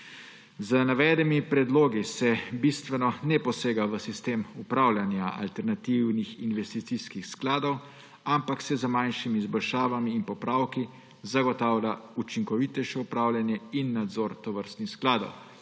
Z navedenimi predlogi se bistveno ne posega v sistem upravljanja alternativnih investicijskih skladov, ampak se z manjšimi izboljšavami in popravki zagotavlja učinkovitejše upravljanje in nadzor tovrstnih skladov.